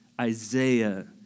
Isaiah